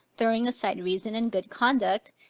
throwing aside reason and good conduct,